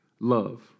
love